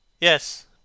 Yes